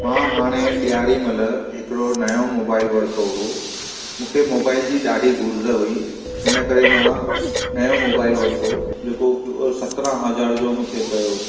मां हाणे ॾियारी महिल हिकिड़ो नयों मोबाइल वरितो हुओ मूंखे मोबाइल जी ॾाढी घुरिज हुई हिन करे मां नयों मोबाइल वरितो जेको सत्रहं हज़ार जो मूंखे पियो